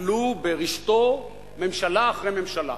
נפלו ברשתו ממשלה אחרי ממשלה.